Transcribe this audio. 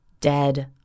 dead